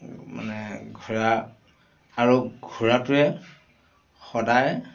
মানে ঘোঁৰা আৰু ঘোঁৰাটোৱে সদায়